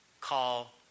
call